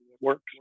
works